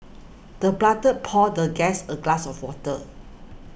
the butler poured the guest a glass of water